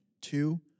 Two